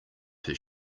his